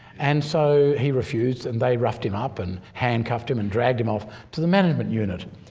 and so he refused and they roughed him up and handcuffed him and dragged him off to the management unit.